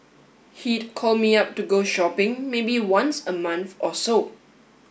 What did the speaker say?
he'd call me up to go shopping maybe once a month or so